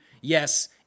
Yes